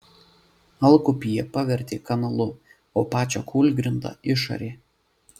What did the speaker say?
alkupį jie pavertė kanalu o pačią kūlgrindą išarė